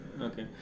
okay